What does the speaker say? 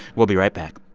we'll be right back